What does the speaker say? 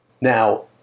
Now –